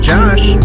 Josh